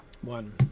One